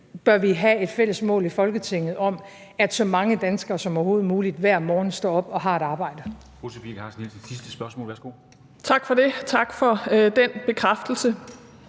bør vi have et fælles mål i Folketinget om, at så mange danskere som overhovedet muligt hver morgen står op og har et arbejde.